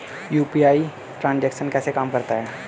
UPI transaction कैसे काम करता है?